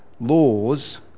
laws